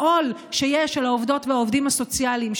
העול שיש על העובדות והעובדים הסוציאליים,